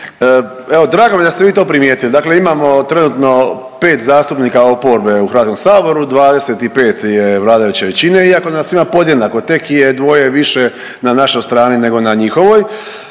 Evo drago mi je da ste vi to primijetili. Dakle, imamo trenutno pet zastupnika oporbe u Hrvatskom saboru, 25 je vladajuće većine iako nas ima podjednako. Tek je dvoje više na našoj strani nego na njihovoj.